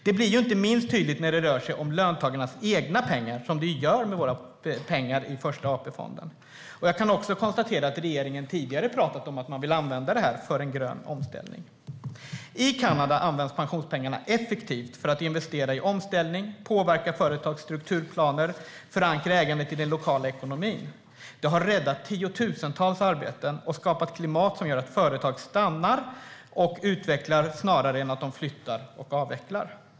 Det blir inte minst tydligt när det rör sig om löntagarnas egna pengar, som det gör med våra pengar i Första AP-fonden. Jag kan också konstatera att regeringen tidigare pratat om att man vill använda dem för en grön omställning. I Kanada används pensionspengarna effektivt för att investera i omställning, påverka företags strukturplaner och förankra ägandet i den lokala ekonomin. Det har räddat tiotusentals arbeten och skapat ett klimat som gör att företag stannar och utvecklar snarare än flyttar och avvecklar.